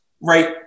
right